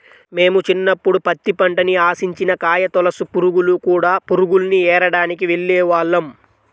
మేము చిన్నప్పుడు పత్తి పంటని ఆశించిన కాయతొలచు పురుగులు, కూడ పురుగుల్ని ఏరడానికి వెళ్ళేవాళ్ళం